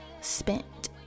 spent